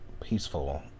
peaceful